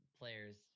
players